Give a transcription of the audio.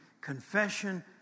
Confession